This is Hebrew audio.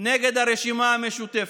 נגד הרשימה המשותפת.